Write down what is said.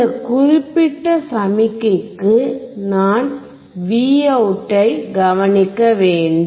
இந்த குறிப்பிட்ட சமிக்ஞைக்கு நான் Vout ஐ கவனிக்க வேண்டும்